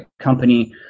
company